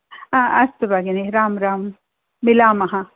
अस्तु भगिनि राम्राम् मिलामः